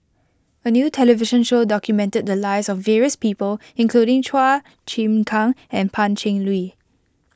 a new television show documented the lives of various people including Chua Chim Kang and Pan Cheng Lui